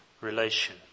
relation